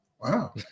Wow